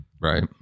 Right